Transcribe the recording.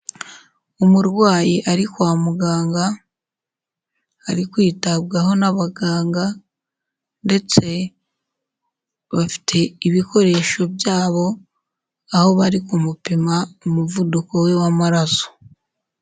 Umurwayi ari kwa muganga, ari kwitabwaho n'abaganga ndetse bafite ibikoresho byabo, aho bari kumupima umuvuduko we w'amaraso.